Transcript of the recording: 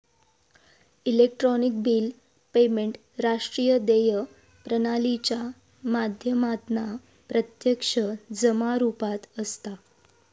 electronic bill payment राष्ट्रीय देय प्रणालीच्या माध्यमातना प्रत्यक्ष जमा रुपात असता